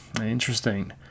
Interesting